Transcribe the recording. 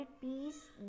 piece